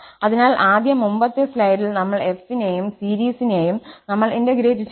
അതിനാൽ ആദ്യം മുമ്പത്തെ സ്ലൈഡിൽനമ്മൾ f നെയും സീരീസിനെയും നമ്മൾ ഇന്റഗ്രേറ്റ് ചെയ്തു